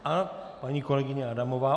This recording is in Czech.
A paní kolegyně Adamová.